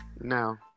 no